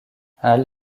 hall